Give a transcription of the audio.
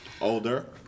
older